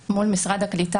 המצב שלי מול משרד הקליטה.